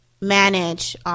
manage